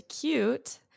cute